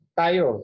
tayo